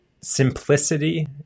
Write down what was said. simplicity